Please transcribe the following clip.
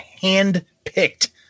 hand-picked